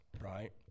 right